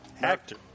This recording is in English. Actor